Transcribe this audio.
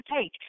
take